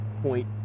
point